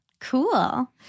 Cool